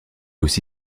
aussi